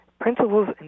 Principles